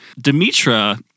Demetra